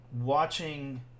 watching